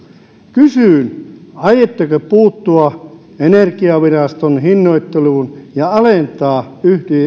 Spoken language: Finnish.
kysyn aiotteko puuttua energiaviraston hinnoitteluun ja alentaa